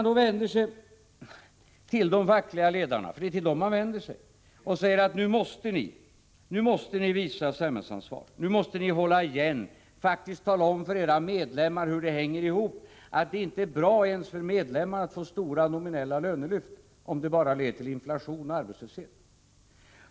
Nu vänder vi oss till de fackliga ledarna — för det är till dem man skall vända sig -- och säger att nu måste ni visa samhällsansvar, nu måste ni hålla igen och tala om för era medlemmar hur det hänger ihop, nämligen att det inte är bra ens för medlemmarna att få stora nominella lönelyft, om det bara leder till inflation och arbetslöshet.